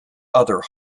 other